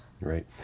Right